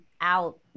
out